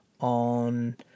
on